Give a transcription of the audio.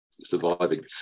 surviving